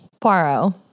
Poirot